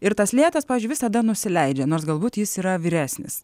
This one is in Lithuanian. ir tas lėtas pavyzdžiui visada nusileidžia nors galbūt jis yra vyresnis